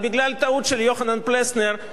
מי שעמד פה זה ברק ולא מופז.